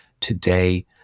today